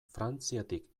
frantziatik